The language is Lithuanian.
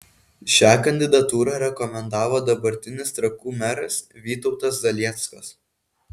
šią kandidatūrą rekomendavo dabartinis trakų meras vytautas zalieckas